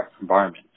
environment